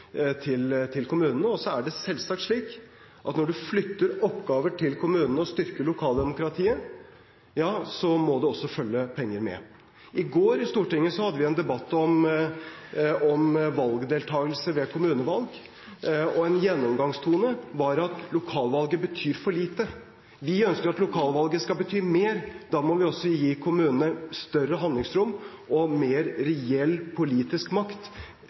til kommunene og styrker lokaldemokratiet, må det også følge penger med. I går hadde vi en debatt i Stortinget om valgdeltakelse ved kommunevalg, og en gjennomgangstone var at lokalvalget betyr for lite. Vi ønsker at lokalvalget skal bety mer. Da må vi også gi kommunene større handlingsrom og mer reell politisk makt.